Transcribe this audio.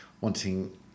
wanting